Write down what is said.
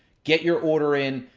get your order in,